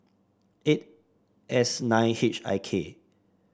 eight S nine H I K